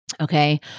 Okay